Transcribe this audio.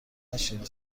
نشنیدی